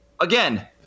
Again